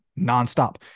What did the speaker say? nonstop